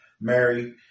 Mary